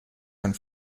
and